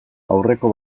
aurreko